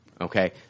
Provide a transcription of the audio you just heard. Okay